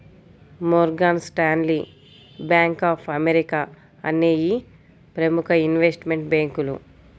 Morgan Stanley, Bank of America అనేయ్యి ప్రముఖ investment బ్యేంకులు